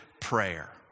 prayer